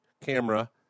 camera